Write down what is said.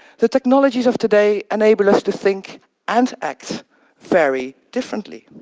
the technologies of today enable us to think and act very differently.